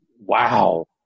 Wow